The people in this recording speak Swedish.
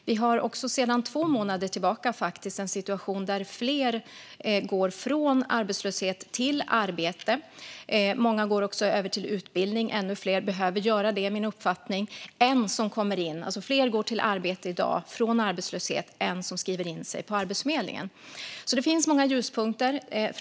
Vi har också sedan två månader tillbaka en situation där fler går från arbetslöshet till arbete. Många går också över till utbildning, och min uppfattning är att ännu fler behöver göra det. Det är i dag fler som går från arbetslöshet till arbete än som skriver in sig på Arbetsförmedlingen. Det finns många ljuspunkter.